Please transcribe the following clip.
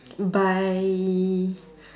by